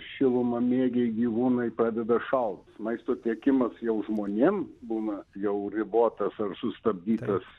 šilumamėgiai gyvūnai pradeda šal maisto tiekimas jau žmonėm būna jau ribotas ar sustabdytas